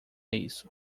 isso